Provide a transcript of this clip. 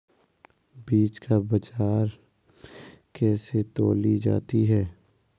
बीज को बाजार में कैसे तौली जाती है?